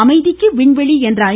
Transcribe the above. அமைதிக்கு விண்வெளி என்ற ஐ